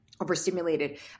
overstimulated